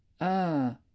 Ah